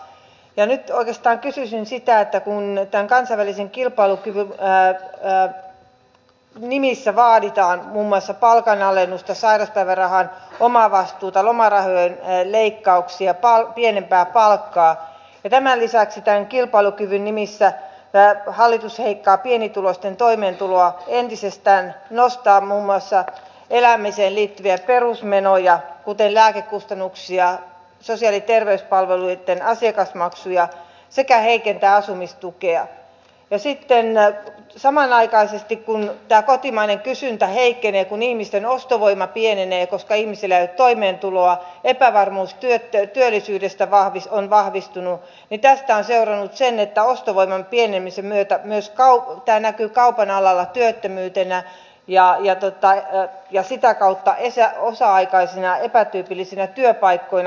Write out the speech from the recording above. nyt oikeastaan kysyisiin siitä kun tämän kilpailukyvyn nimissä vaaditaan muun muassa palkanalennusta sairauspäivärahan omavastuuta lomarahojen leikkauksia pienempää palkkaa ja tämän lisäksi tämän kilpailukyvyn nimissä hallitus leikkaa pienituloisten toimeentuloa entisestään nostaa muun muassa elämiseen liittyviä perusmenoja kuten lääkekustannuksia sosiaali ja terveyspalveluitten asiakasmaksuja sekä heikentää asumistukea ja sitten samanaikaisesti kun tämä kotimainen kysyntä heikkenee kun ihmisten ostovoima pienenee koska ihmisillä ei ole toimeentuloa epävarmuus työllisyydestä on vahvistunut niin että tästä on seurannut se että ostovoiman pienenemisen myötä tämä näkyy kaupan alalla työttömyytenä ja sitä kautta osa aikaisina epätyypillisinä työpaikkoina